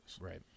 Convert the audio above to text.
Right